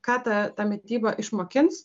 ką ta ta mityba išmokins